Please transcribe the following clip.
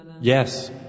Yes